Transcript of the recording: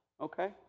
okay